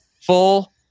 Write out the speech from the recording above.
full